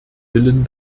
willen